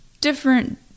different